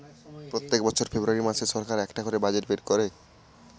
প্রত্যেক বছর ফেব্রুয়ারী মাসে সরকার একটা করে বাজেট বের করে